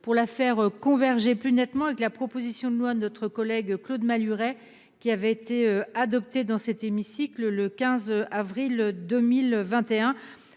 pour la faire converger plus nettement avec la proposition de loi de notre collègue Claude Malhuret qui a été adoptée dans cet hémicycle le 15 avril 2021,